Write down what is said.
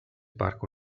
parco